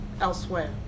elsewhere